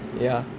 ya